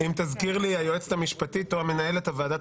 אם תזכיר לי היועצת המשפטית או מנהלת ועדת